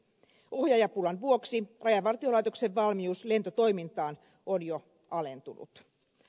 ohjaajapulan vuoksi rajavartiolaitoksen valmius lentotoimintaan on jo alentunut